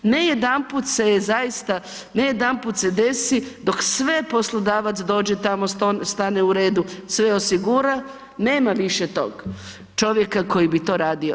Ne jedanput se zaista, ne jedanput se desi dok sve poslodavac dođe tamo, stane u redu, sve osigura nema više tog čovjeka koji bi to radio.